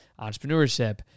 entrepreneurship